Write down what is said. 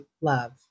love